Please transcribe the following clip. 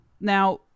now